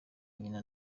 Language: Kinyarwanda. nyina